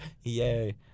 yay